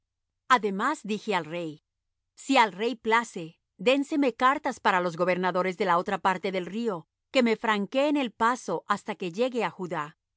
además dije al rey si al rey place dénseme cartas para los gobernadores de la otra parte del río que me franqueen el paso hasta que llegue á judá y